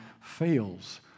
fails